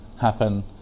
happen